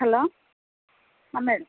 hello madam